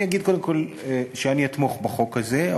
אני אגיד קודם כול שאני אתמוך בחוק הזה,